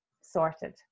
sorted